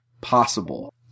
possible